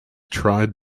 tried